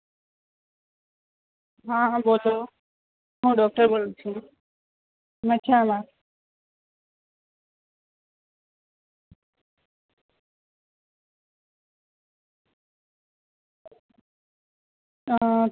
હા હ બોલો હું ડૉક્ટર બોલું છું મજામાં